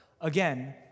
again